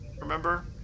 Remember